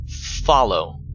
follow